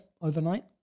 overnight